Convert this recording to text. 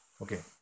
Okay